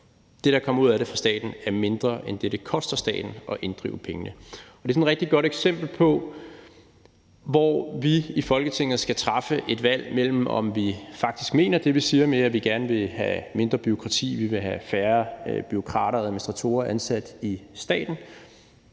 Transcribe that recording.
det, der kommer ud af det for staten, er mindre end det, det koster staten at inddrive pengene. Det er sådan et rigtig godt eksempel på en situation, hvor vi i Folketinget skal træffe et valg om, om vi faktisk mener det, vi siger, om, at vi gerne vil have mindre bureaukrati, færre bureaukrater og administratorer ansat i staten,